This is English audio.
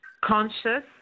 Conscious